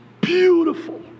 beautiful